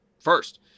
first